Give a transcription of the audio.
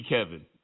Kevin